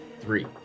three